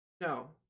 No